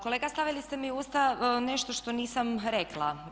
Kolega stavili ste mi u usta nešto što nisam rekla.